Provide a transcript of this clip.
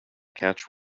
catch